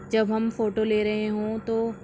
جب ہم فوٹو لے رہے ہوں تو